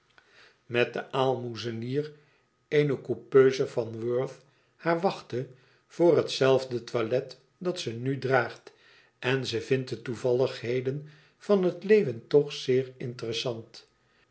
met den aalmoezenier een coupeuze van worth haar wachtte voor het zelfde toilet dat ze nu draagt en ze vindt de toevalligheden van het leven toch zéer interessant